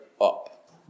up